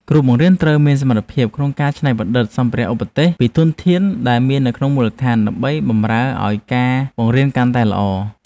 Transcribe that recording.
គ្រូបង្រៀនត្រូវមានសមត្ថភាពក្នុងការច្នៃប្រឌិតសម្ភារៈឧបទេសពីធនធានដែលមាននៅក្នុងមូលដ្ឋានដើម្បីបម្រើឱ្យការបង្រៀនកាន់តែល្អ។